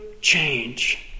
change